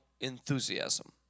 enthusiasm